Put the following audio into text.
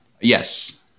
Yes